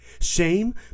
Shame